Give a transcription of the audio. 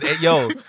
Yo